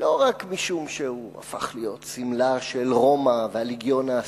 לא רק משום שהוא הפך להיות סמלם של רומא והלגיון העשירי,